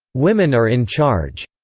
women are in charge,